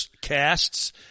casts